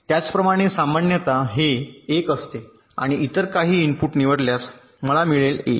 त्याचप्रकारे सामान्यत हे 1 असते आणि इतर काही इनपुट निवडल्यास मला मिळेल a